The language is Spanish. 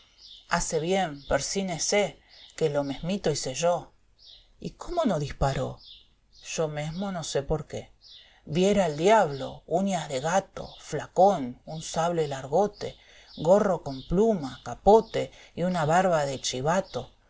hace bien persinesé que lo mesmito hice yo y cómo no disparó yo mesmo no sé por qué viera al diablo uñas de gato flacón un sable largóte gorro con pluma capote y una barba de chivato